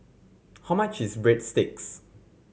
how much is Breadsticks